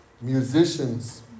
Musicians